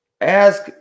ask